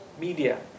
media